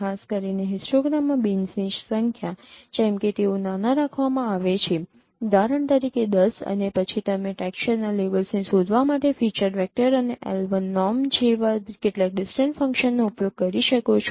ખાસ કરીને હિસ્ટોગ્રામમાં બીન્સની સંખ્યા જેમ કે તેઓ નાના રાખવામાં આવે છે ઉદાહરણ તરીકે ૧૦ અને પછી તમે ટેક્સચરના લેવલ્સને શોધવા માટે ફીચર વેક્ટર વચ્ચે L1 નૉર્મ જેવા કેટલાક ડિસ્ટન્સ ફંક્શનનો ઉપયોગ કરી શકો છો